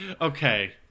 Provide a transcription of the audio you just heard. Okay